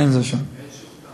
אין שום טעם.